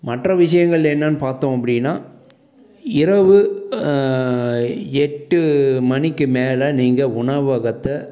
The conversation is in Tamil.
மற்ற விஷயங்கள் என்னென்று பார்த்தோம் அப்படின்னா இரவு எட்டு மணிக்கு மேலே நீங்கள் உணவகத்தை